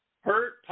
hurt